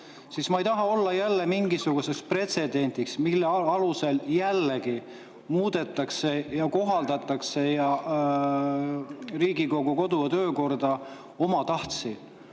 siis ma ei taha olla mingisuguseks pretsedendiks, mille alusel jällegi muudetakse ja kohaldatakse Riigikogu kodu‑ ja töökorda omatahtsi.